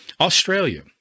Australia